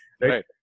right